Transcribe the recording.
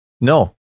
no